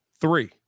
three